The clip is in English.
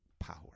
power